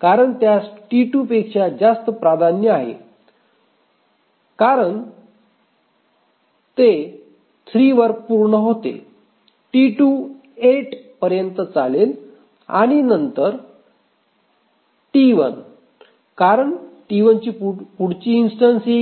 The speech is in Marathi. कारण त्यास T2 पेक्षा जास्त प्राधान्य आहे कारण ते 3 वर पूर्ण होते T 2 8 पर्यंत चालेल आणि नंतर T 1 कारण T 1 पुढची इन्स्टन्स येईल